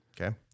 Okay